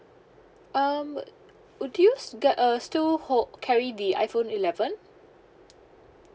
um would you s~ get uh still hold carry the iphone eleven